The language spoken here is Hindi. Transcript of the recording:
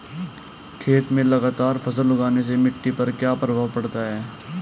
खेत में लगातार फसल उगाने से मिट्टी पर क्या प्रभाव पड़ता है?